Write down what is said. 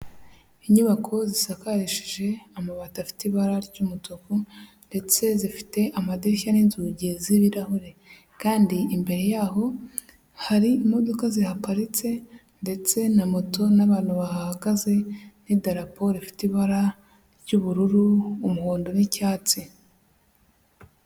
Inyubako zisakarishije amabati afite ibara ry'umutuku ndetse zifite amadirishya n'inzugi z'ibirahure, kandi imbere y'aho hari imodoka zihaparitse ndetse na moto n'abantu bahagaze, n'idarapo rifite ibara ry'ubururu, umuhondo, n'icyatsi.